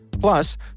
Plus